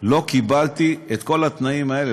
לא קיבלתי את כל התנאים האלה,